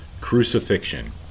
Crucifixion